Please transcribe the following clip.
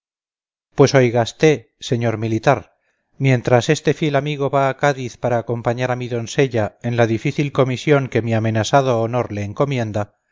pues oigasté señor militar mientras este fiel amigo va a cádiz a acompañar a mi donsella en la difícil comisión que mi amenasado honor le encomienda